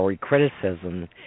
criticism